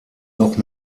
noch